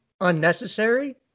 unnecessary